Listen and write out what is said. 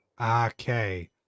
Okay